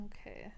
Okay